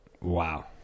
Wow